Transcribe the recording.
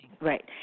right